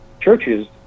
churches